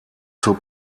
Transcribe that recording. zur